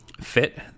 fit